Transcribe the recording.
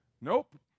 nope